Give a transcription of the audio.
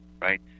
right